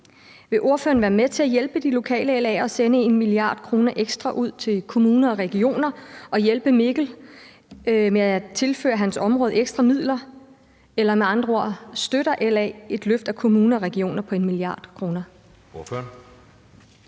Vil ordføreren være med til at hjælpe de lokale LA'ere og sende 1 mia. kr. ekstra ud til kommuner og regioner og hjælpe Mikkel med at tilføre hans område ekstra midler? Eller med andre ord: Støtter LA et løft af kommuner og regioner på 1 mia. kr.?